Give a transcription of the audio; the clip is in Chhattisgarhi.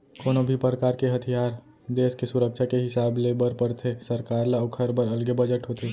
कोनो भी परकार के हथियार देस के सुरक्छा के हिसाब ले ले बर परथे सरकार ल ओखर बर अलगे बजट होथे